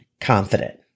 confident